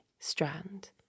Strand